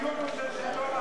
האיום הוא של שלטון החוק.